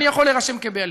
אני יכול להירשם כבעלים.